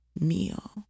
meal